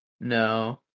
No